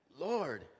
Lord